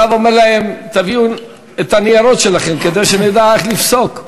הרב אומר להם: תביאו את הניירות שלכם כדי שנדע איך לפסוק.